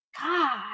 god